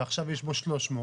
ועכשיו יש בו 300,